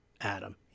Adam